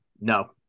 No